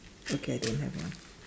okay I don't have one